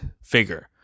figure